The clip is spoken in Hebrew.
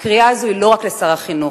הקריאה הזאת היא לא רק לשר החינוך.